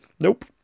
Nope